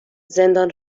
زندان